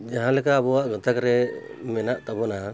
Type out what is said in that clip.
ᱡᱟᱦᱟᱸ ᱞᱮᱠᱟ ᱟᱵᱚᱣᱟᱜ ᱜᱟᱛᱟᱠ ᱨᱮ ᱢᱮᱱᱟᱜ ᱛᱟᱵᱚᱱᱟ